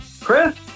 Chris